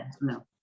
no